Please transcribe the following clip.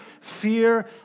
fear